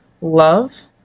love